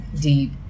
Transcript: deep